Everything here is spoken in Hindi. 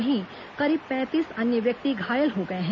वहीं करीब पैंतीस अन्य व्यक्ति घायल हो गए हैं